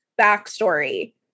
backstory